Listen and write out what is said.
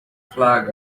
flag